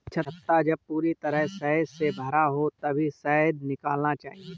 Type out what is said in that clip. छत्ता जब पूरी तरह शहद से भरा हो तभी शहद निकालना चाहिए